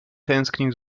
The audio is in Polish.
tęsknił